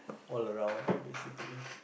all around lah basically